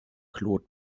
claude